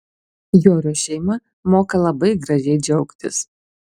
jorio šeima moka labai gražiai džiaugtis